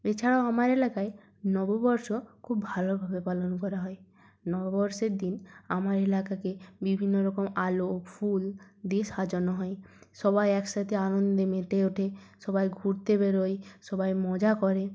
এছাড়াও আমার এলাকায় নববর্ষ খুব ভালোভাবে পালন করা হয় নববর্ষের দিন আমার এলাকাকে বিভিন্ন রকম আলো ফুল দিয়ে সাজানো হয় সবাই একসাথে আনন্দে মেতে ওঠে সবাই ঘুরতে বেরোয় সবাই মজা করে